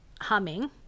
humming